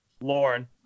lauren